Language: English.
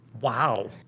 Wow